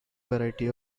variety